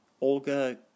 Olga